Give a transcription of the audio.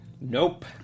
Nope